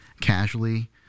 casually